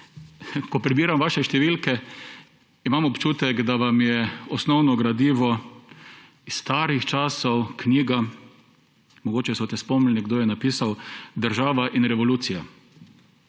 Ko prebiram vaše številke, imam občutek, da vam je osnovno gradivo knjiga iz starih časov – mogoče se boste spomnili, kdo jo je napisal – Država in revolucija,